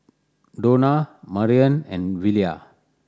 Donna Marrion and Willia